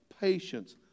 patience